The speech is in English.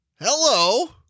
Hello